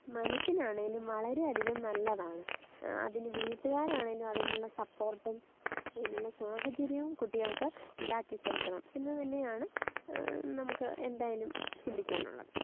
മനസ്സിനാണേലും വളരെ അധികം നല്ലതാണ് അതിന് വീട്ടുകാരാണേലും അതിനുള്ള സപ്പോർട്ടും അതിനുള്ള സാഹചര്യവും കുട്ടികൾക്ക് ഉണ്ടാക്കി കൊടുക്കണം എന്ന് തന്നെയാണ് നമുക്ക് എന്തായാലും ചിന്തിക്കാനുള്ളത്